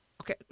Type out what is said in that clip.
okay